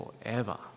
forever